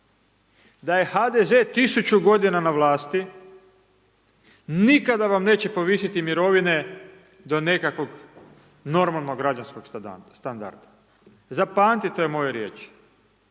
da je HDZ tisuću godina na vlasti nikada vam neće povisiti mirovine do nekakvog normalnog građanskog standarda, zapamtite ove moje riječi.